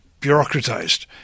bureaucratized